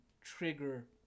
trigger